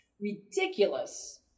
ridiculous